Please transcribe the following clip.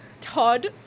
Todd